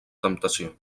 temptació